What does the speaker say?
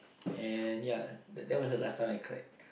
and ya that that was the last time I cried